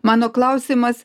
mano klausimas